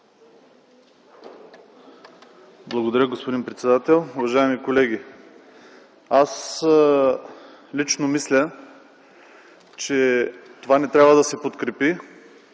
Благодаря, господин председател. Уважаеми колеги, аз лично мисля, че това не трябва да се подкрепи